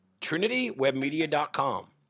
TrinityWebMedia.com